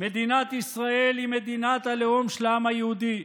מדינת ישראל היא מדינת הלאום של העם היהודי,